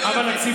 אז יהיה בסדר.